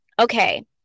okay